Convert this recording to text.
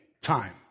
time